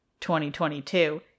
2022